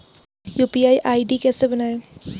UPI ID कैसे बनायें?